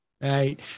Right